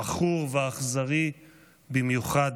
עכור ואכזרי במיוחד,